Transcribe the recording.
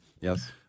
Yes